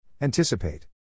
Anticipate